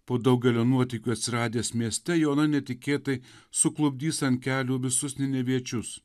po daugelio nuotykių atsiradęs mieste joana netikėtai suklupdys ant kelių visus neneviečius